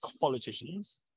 politicians